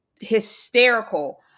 hysterical